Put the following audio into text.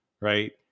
right